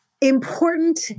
important